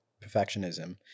perfectionism